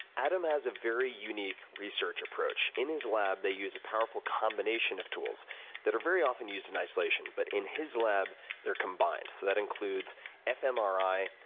adam has a very unique research approach. in his lab, they use a powerful combination of tools that are very often used in isolation, but in his lab, they're combined. so that includes fmri,